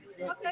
Okay